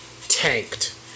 tanked